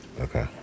Okay